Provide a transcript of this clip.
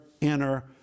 inner